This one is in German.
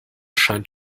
scheint